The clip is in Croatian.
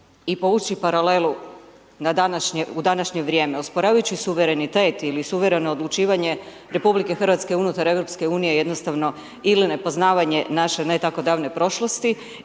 i povući paralelu na, u današnje vrijeme, osporavajući suverenitet ili suvereno odlučivanje Republike Hrvatske unutar Europske unije jednostavno ili nepoznavanje naše ne tako davne prošlosti,